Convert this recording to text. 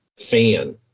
fan